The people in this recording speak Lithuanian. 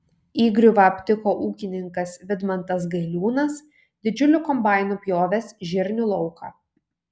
įgriuvą aptiko ūkininkas vidmantas gailiūnas didžiuliu kombainu pjovęs žirnių lauką